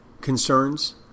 concerns